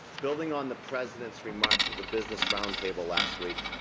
building on the president's remarks of the business roundtable last week,